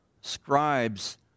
scribes